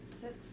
Six